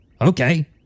Okay